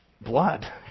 blood